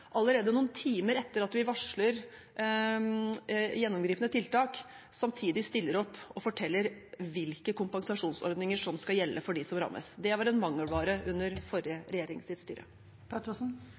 allerede noen timer etter at vi varsler gjennomgripende tiltak, samtidig stiller opp og forteller hvilke kompensasjonsordninger som skal gjelde for dem som rammes. Det var en mangelvare under forrige